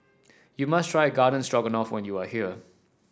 you must try Garden Stroganoff when you are here